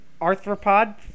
arthropod